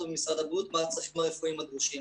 ממשרד הבריאות מה הצרכים הרפואיים הדרושים,